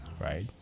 right